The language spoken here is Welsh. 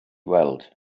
weld